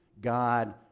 God